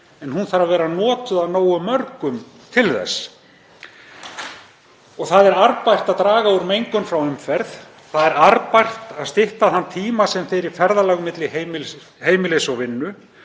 en hún þarf að vera notuð af nógu mörgum til þess. Það er arðbært að draga úr mengun frá umferð, það er arðbært að stytta þann tíma sem fer í ferðalög milli heimilis og vinnu